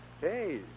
Hey